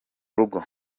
rugo